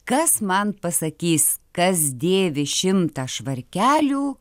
kas man pasakys kas dėvi šimtą švarkelių